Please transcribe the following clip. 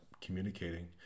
communicating